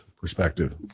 perspective